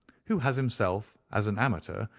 who has himself, as an amateur,